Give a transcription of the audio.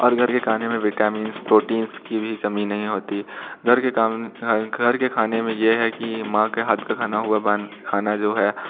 और घर के खाने में विटैमींस प्रोटिन्स की भी कमी नहीं होती घर के खा घर के खाने में ये है कि माँ के हाथ का खाना हुआ बन खाना जो है